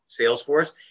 Salesforce